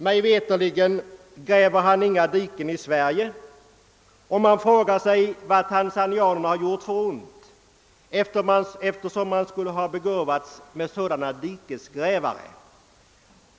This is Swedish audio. Mig veterligt har han inte grävt några diken i Sverige, och man frågar sig vad Tanzanias medborgare har gjort för ont, eftersom de skulle begåvas med sådana dikesgrävare.